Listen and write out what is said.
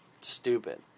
stupid